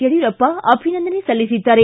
ಯಡಿಯೂರಪ್ಪ ಅಭಿನಂದನೆ ಸಲ್ಲಿಸಿದ್ದಾರೆ